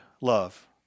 love